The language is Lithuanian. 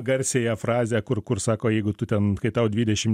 garsiąją frazę kur kur sako jeigu tu ten kai tau dvidešim